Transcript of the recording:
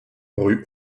rue